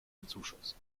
bezuschusst